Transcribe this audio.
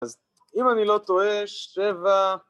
‫אז אם אני לא טועה, שבע...